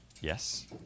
Yes